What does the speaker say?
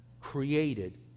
created